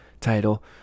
title